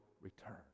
return